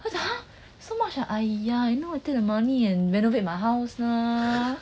!huh! so much !aiya! you know you take the money and renovate my house lor